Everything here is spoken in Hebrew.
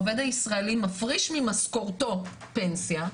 העובד הישראלי מפריש ממשכורתו פנסיה,